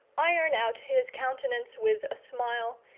iron out his countenance with a smile,